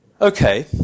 Okay